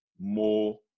more